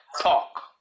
talk